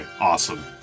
Awesome